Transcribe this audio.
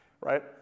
right